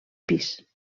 pis